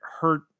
hurt